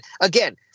again